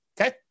Okay